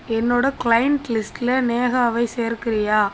என்னோடய க்ளைண்ட் லிஸ்டில் நேஹாவை சேர்க்கிறியா